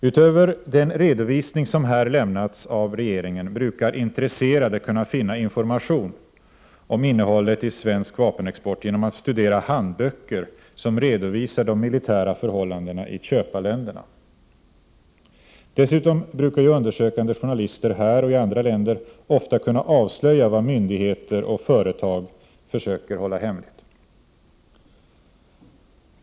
Utöver den redovisning som här lämnats av regeringen brukar intresserade kunna finna information om innehållet i svensk vapenexport genom att studera handböcker där de militära förhållandena i köparländerna redovisas. Dessutom brukar ju undersökande journalister här och i andra länder ofta kunna avslöja vad myndigheter och företag försöker hålla hemligt.